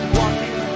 walking